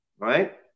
Right